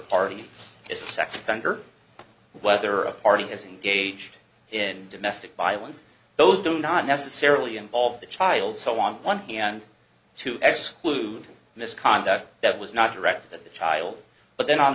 party is a sex offender whether a party is engaged in domestic violence those do not necessarily involve the child so on one and two ex clued misconduct that was not direct that the child but then on